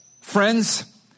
Friends